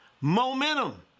momentum